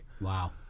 Wow